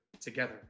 together